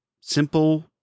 simple